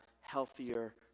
healthier